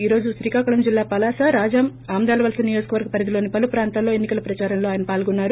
ఈ రోజు శ్రీకాకుళం జిల్లా పలాస రాజం ఆమదాలవలస నియోజిక వర్గ పరిధిలోని పలు ప్రాంతాల్లో ఎన్ని కల ప్రదారంలో పాల్గొన్నారు